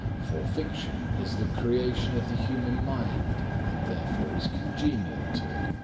for fiction is the creation of the human mind, and therefore is congenial to it.